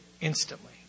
instantly